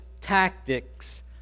tactics